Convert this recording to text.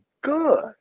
good